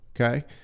okay